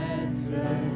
answer